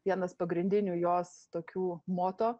vienas pagrindinių jos tokių moto